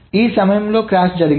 ఈ సమయంలో క్రాష్ జరిగింది